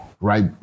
right